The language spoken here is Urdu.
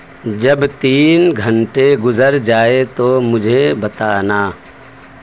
جب تین گھنٹے گزر جائے تو مجھے بتانا